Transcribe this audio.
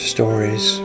Stories